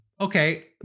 okay